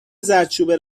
زردچوبه